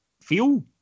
feel